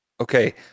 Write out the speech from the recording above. Okay